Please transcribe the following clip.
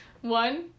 One